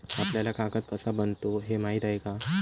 आपल्याला कागद कसा बनतो हे माहीत आहे का?